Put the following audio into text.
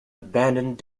abandoned